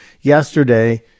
yesterday